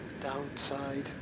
downside